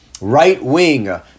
right-wing